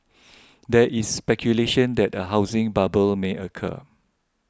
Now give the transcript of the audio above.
there is speculation that a housing bubble may occur